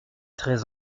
très